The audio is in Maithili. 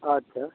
अच्छा